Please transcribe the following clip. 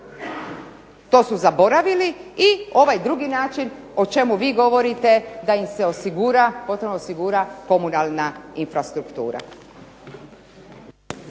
to su zaboravili i ovaj drugi način o čemu vi govorite, da im se osigura komunalna infrastruktura.